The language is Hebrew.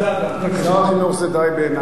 שר החינוך זה די בעיני.